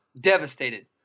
devastated